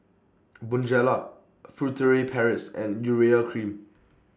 Bonjela Furtere Paris and Urea Cream